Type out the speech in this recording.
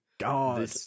God